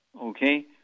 Okay